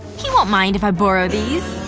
he won't mind if i borrow these